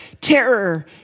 terror